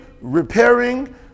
repairing